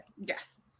Yes